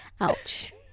Ouch